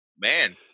man